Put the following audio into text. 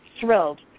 thrilled